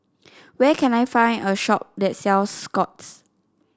where can I find a shop that sells Scott's